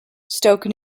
stoke